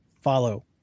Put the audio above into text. follow